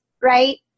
right